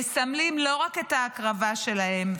מסמלים לא רק את ההקרבה שלהם,